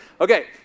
Okay